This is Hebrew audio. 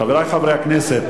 סעיף 13,